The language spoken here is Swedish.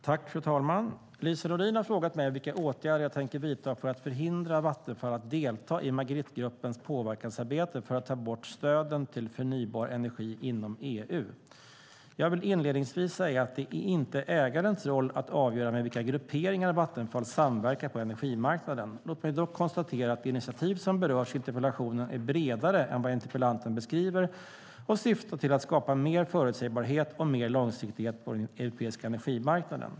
Fru talman! Lise Nordin har frågat mig vilka åtgärder jag tänker vidta för att förhindra Vattenfall att delta i Magrittegruppens påverkansarbete för att ta bort stöden till förnybar energi inom EU. Jag vill inledningsvis säga att det inte är ägarens roll att avgöra med vilka grupperingar Vattenfall samverkar på energimarknaden. Låt mig dock konstatera att det initiativ som berörs i interpellationen är bredare än vad interpellanten beskriver och syftar till att skapa mer förutsägbarhet och mer långsiktighet på den europeiska energimarknaden.